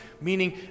meaning